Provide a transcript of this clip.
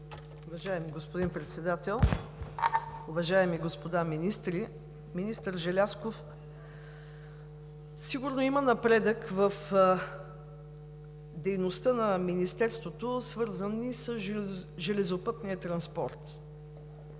Уважаеми господин Председател, уважаеми господа министри! Министър Желязков, сигурно има напредък в дейността на Министерството, свързан с железопътния транспорт.